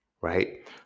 right